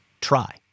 try